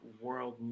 world